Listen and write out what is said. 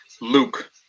Luke